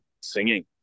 singing